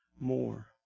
more